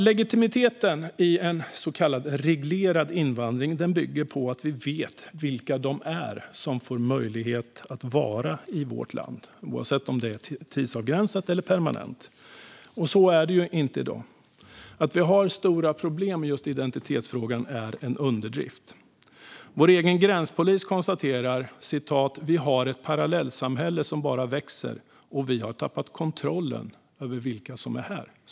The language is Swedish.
Legitimiteten i en så kallad reglerad invandring bygger på att vi vet vilka som får möjlighet att vara i vårt land, oavsett om det är tidsavgränsat eller permanent. Så är det inte i dag. Att vi har stora problem med identitetsfrågan är en underdrift. Vår egen gränspolis konstaterar: "Vi har ett parallellsamhälle som bara växer och vi har tappat kontrollen över vilka som är här."